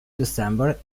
december